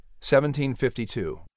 1752